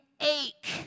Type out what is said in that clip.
ache